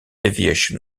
aviation